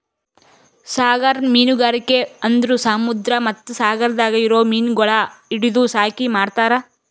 ಸಾಗರ ಮೀನುಗಾರಿಕೆ ಅಂದುರ್ ಸಮುದ್ರ ಮತ್ತ ಸಾಗರದಾಗ್ ಇರೊ ಮೀನಗೊಳ್ ಹಿಡಿದು ಸಾಕಿ ಮಾರ್ತಾರ್